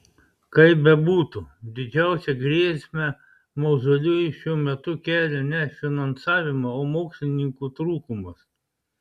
kaip bebūtų didžiausią grėsmę mauzoliejui šiuo metu kelia ne finansavimo o mokslininkų trūkumas